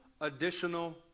additional